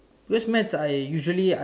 because math I usually I